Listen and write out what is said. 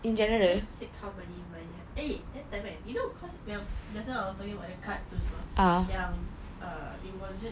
let's sick harmony my eh that time kan you know cause yang just now I was talking about the card itu semua yang err it was